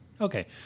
Okay